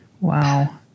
wow